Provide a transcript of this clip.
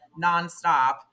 nonstop